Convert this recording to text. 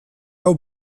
hau